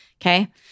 okay